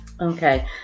Okay